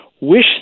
wish